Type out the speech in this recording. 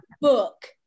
book